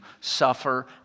suffer